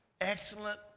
excellent